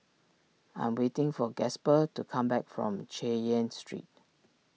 I am waiting for Gasper to come back from Chay Yan Street